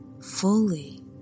fully